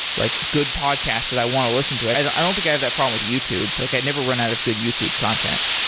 like good podcasts that i want to listen to. i don't i don't think i have that problem with youtube. like i never run out of good youtube content.